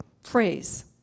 phrase